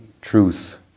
truth